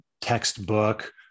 textbook